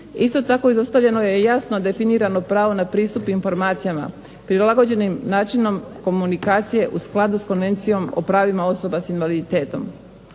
Isto tako izostavljeno je jasno definirano pravo na pristup informacijama prilagođenim načinom komunikacije u skladu s Konvencijom o pravima osoba s invaliditetom.